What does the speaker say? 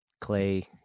Clay